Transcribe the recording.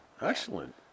excellent